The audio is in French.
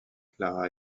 clara